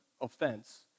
offense